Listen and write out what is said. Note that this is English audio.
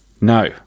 no